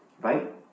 right